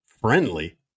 friendly